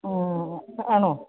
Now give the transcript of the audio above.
ഓ ആണോ